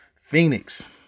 Phoenix